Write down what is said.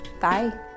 Bye